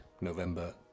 November